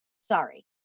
Sorry